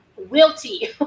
wilty